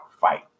fight